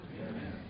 Amen